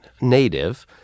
native